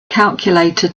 calculator